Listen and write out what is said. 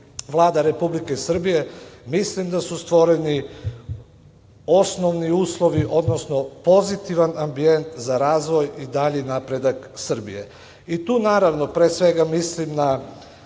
Vlada Republike Srbije, mislim da su stvoreni osnovni uslovi, odnosno pozitivan ambijent za razvoj i dalji napredak Srbije. Tu, naravno, pre svega mislim na